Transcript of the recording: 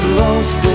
lost